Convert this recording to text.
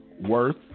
Worth